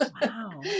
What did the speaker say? Wow